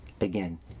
Again